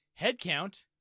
Headcount